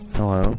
Hello